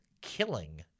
killing